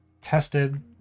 tested